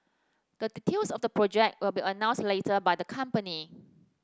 the details of the project will be announced later by the company